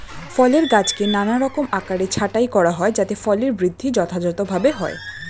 ফলের গাছকে নানারকম আকারে ছাঁটাই করা হয় যাতে ফলের বৃদ্ধি যথাযথভাবে হয়